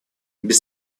без